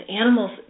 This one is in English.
animals